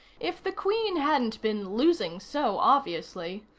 if the queen hadn't been losing so obviously,